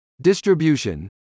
distribution